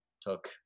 took